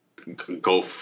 Go